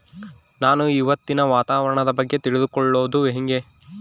ನಾನು ಇವತ್ತಿನ ವಾತಾವರಣದ ಬಗ್ಗೆ ತಿಳಿದುಕೊಳ್ಳೋದು ಹೆಂಗೆ?